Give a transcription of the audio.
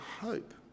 hope